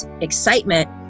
excitement